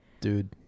dude